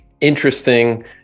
interesting